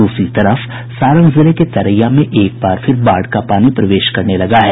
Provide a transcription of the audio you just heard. द्रसरी तरफ सारण जिले के तरैया में एक बार फिर बाढ़ का पानी प्रवेश करने लगा है